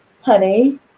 honey